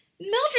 mildred